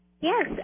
Yes